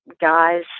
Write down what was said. guys